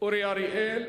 אורי אריאל,